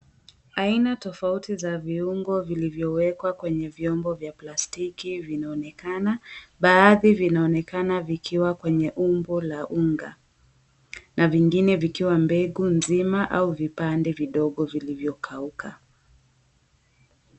Aina tofauti za viungo vilivyowekwa kwenye vyombo vya plastiki vinaonekana, baadhi vinaonekana vikiwa kwenye umbo la unga na vingine vikiwa mbegu mzima au vipande vidogo vilivyokauka.